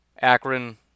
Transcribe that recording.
Akron